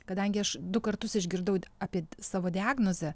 kadangi aš du kartus išgirdau apie savo diagnozę